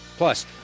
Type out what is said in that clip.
Plus